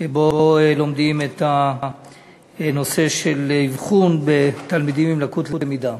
שבו לומדים את הנושא של אבחון תלמידים עם לקות למידה.